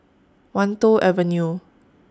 Wan Tho Avenue